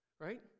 right